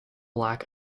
lack